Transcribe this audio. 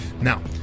Now